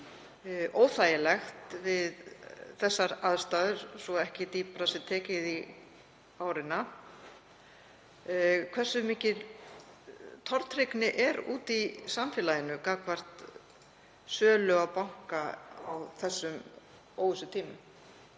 óþægilegt við þessar aðstæður, svo ekki sé dýpra í árinni tekið, hversu mikil tortryggni er úti í samfélaginu gagnvart sölu á banka á þessum óvissutímum.